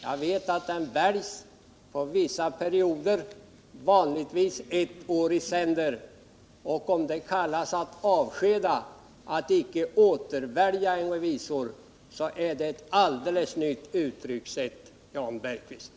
Jag vet att han väljs för vissa perioder, vanligtvis ett år i sänder. Om det kallas att avskeda när man icke återväljer en revisor är det ett alldeles nytt uttryckssätt, Jan Bergqvist.